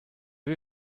wie